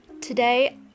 today